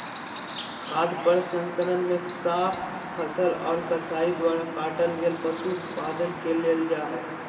खाद्य प्रसंस्करण मे साफ फसल आर कसाई द्वारा काटल गेल पशु उत्पाद के लेल जा हई